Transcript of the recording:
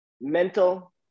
mental